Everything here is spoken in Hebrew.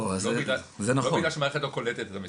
זה לא בגלל שהמערכת לא קולטת את המסמכים.